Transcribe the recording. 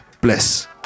Bless